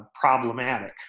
problematic